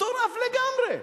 מטורף לגמרי.